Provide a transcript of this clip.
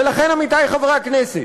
ולכן, עמיתי חברי הכנסת,